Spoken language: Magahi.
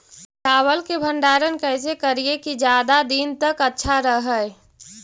चावल के भंडारण कैसे करिये की ज्यादा दीन तक अच्छा रहै?